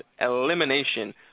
elimination